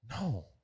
No